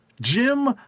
Jim